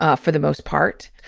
ah for the most part.